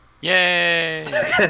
Yay